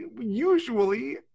usually